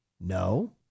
No